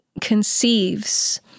conceives